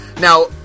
Now